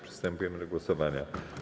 Przystępujemy do głosowania.